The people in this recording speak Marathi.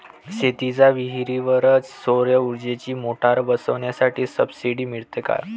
शेतीच्या विहीरीवर सौर ऊर्जेची मोटार बसवासाठी सबसीडी मिळन का?